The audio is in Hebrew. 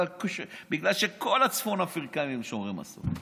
בגלל שכל הצפון אפריקאים הם שומרי מסורת.